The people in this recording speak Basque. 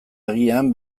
agian